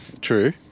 True